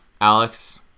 Alex